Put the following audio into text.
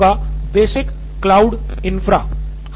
सिद्धार्थ मटूरी और वो होगा बेसिक क्लाउड इंफ्रा